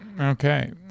Okay